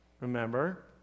Remember